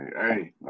Hey